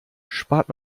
spart